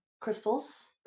crystals